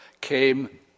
came